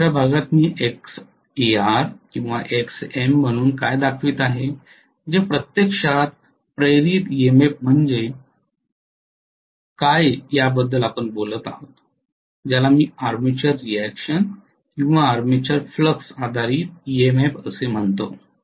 दुसर्या भागात मी Xar किंवा Xm म्हणून काय दाखवित आहे जे प्रत्यक्षात इंड्यूज्ड ईएमएफ म्हणजे काय याबद्दल बोलत आहे ज्याला मी आर्मॅच्युअर रिअॅक्शन किंवा आर्मॅच्युअर फ्लक्स आधारित ईएमएफ असे म्हणतो